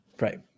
right